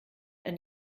ein